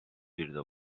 birde